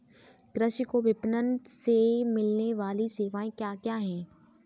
कृषि को विपणन से मिलने वाली सेवाएँ क्या क्या है